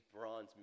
bronze